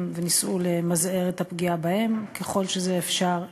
וניסו למזער את הפגיעה בהם ככל שזה אפשרי.